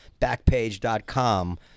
Backpage.com